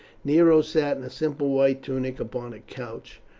nero sat in a simple white tunic upon a couch,